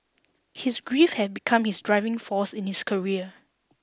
his grief had become his driving force in his career